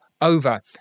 over